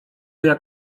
jak